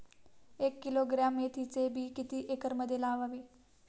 एक किलोग्रॅम मेथीचे बी किती एकरमध्ये लावावे?